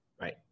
Right